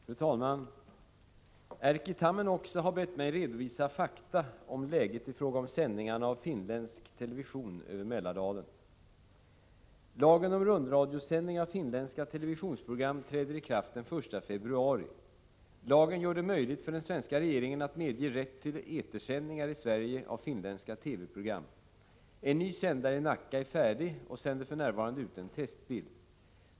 Fru talman! Erkki Tammenoksa har bett mig redovisa fakta om läget i fråga om sändningarna av finländsk TV över Mälardalen. Lagen om rundradiosändning av finländska televisionsprogram träder i kraft den 1 februari. Lagen gör det möjligt för den svenska regeringen att medge rätt till etersändningar i Sverige av finländska TV-program. En ny sändare i Nacka är färdig och sänder för närvarande ut en testbild.